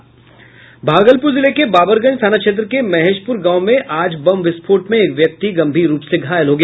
भागलपूर जिले के बबरगंज थाना क्षेत्र के महेशपूर गांव में आज बम विस्फोट में एक व्यक्ति गंभीर रूप से घायल हो गया